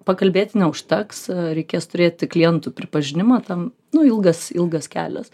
pakalbėti neužteks reikės turėti klientų pripažinimą tam nu ilgas ilgas kelias